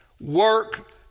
work